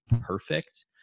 perfect